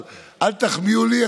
אבל אל תחמיאו לי,